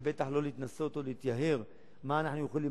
ובטח לא להתנשא או להתייהר מה אנחנו יכולים,